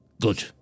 Good